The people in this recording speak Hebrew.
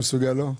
הצבעה אושר.